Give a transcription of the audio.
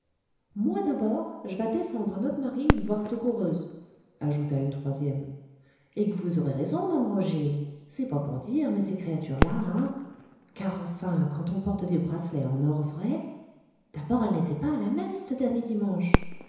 moi d'abord j'vas défendre à not'marie de voir c'te coureuse ajouta une troisième et que vous aurez raison ma'ame roger c'est pas pour dire mais ces créatures là hein car enfin quand on porte des bracelets en or vrai d'abord elle n'était pas à la messe c'te dernier dimanche